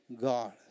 God